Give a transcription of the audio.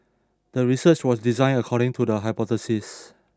the research was designed according to the hypothesis